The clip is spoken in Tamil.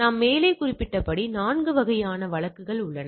நாம் மேலே குறிப்பிட்ட படி நான்கு வகையான வழக்குகள் உள்ளன